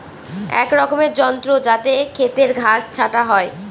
এক রকমের যন্ত্র যাতে খেতের ঘাস ছাটা হয়